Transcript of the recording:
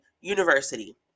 university